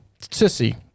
sissy